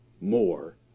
more